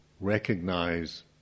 recognize